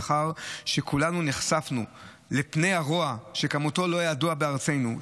לאחר שכולנו נחשפנו לפני הרוע שכמותו לא ידעו בארצנו.